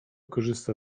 korzysta